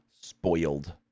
spoiled